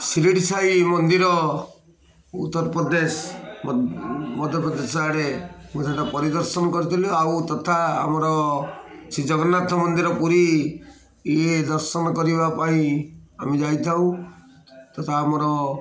ଶିରିଡ଼ି ସାଇ ମନ୍ଦିର ଉତ୍ତରପ୍ରଦେଶ ମଧ୍ୟପ୍ରଦେଶ ଆଡ଼େ ମୁଁ ସେଟା ପରିଦର୍ଶନ କରିଥିଲୁ ଆଉ ତଥା ଆମର ଶ୍ରୀ ଜଗନ୍ନାଥ ମନ୍ଦିର ପୁରୀ ଇଏ ଦର୍ଶନ କରିବା ପାଇଁ ଆମେ ଯାଇଥାଉ ତଥା ଆମର